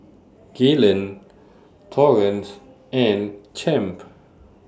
Gaylon Torrance and Champ